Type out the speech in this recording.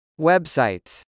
Websites